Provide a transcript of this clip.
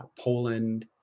Poland